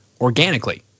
organically